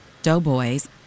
Doughboy's